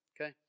Okay